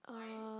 uh